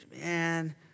Man